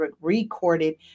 recorded